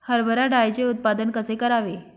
हरभरा डाळीचे उत्पादन कसे करावे?